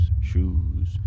Shoes